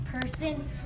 person